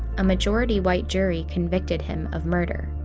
a majority white jury convicted him of murder.